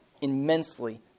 immensely